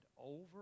over